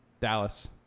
Dallas –